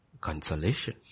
consolation